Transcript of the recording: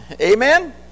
Amen